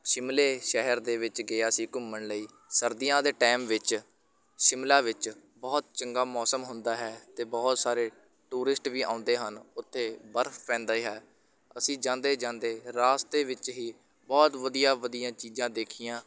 ਸ਼ਿਮਲੇ ਸ਼ਹਿਰ ਦੇ ਵਿੱਚ ਗਿਆ ਸੀ ਘੁੰਮਣ ਲਈ ਸਰਦੀਆਂ ਦੇ ਟਾਈਮ ਵਿੱਚ ਸ਼ਿਮਲਾ ਵਿੱਚ ਬਹੁਤ ਚੰਗਾ ਮੌਸਮ ਹੁੰਦਾ ਹੈ ਅਤੇ ਬਹੁਤ ਸਾਰੇ ਟੂਰਿਸਟ ਵੀ ਆਉਂਦੇ ਹਨ ਉੱਥੇ ਬਰਫ ਪੈਂਦੀ ਹੈ ਅਸੀਂ ਜਾਂਦੇ ਜਾਂਦੇ ਰਾਸਤੇ ਵਿੱਚ ਹੀ ਬਹੁਤ ਵਧੀਆ ਵਧੀਆ ਚੀਜ਼ਾਂ ਦੇਖੀਆਂ